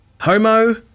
Homo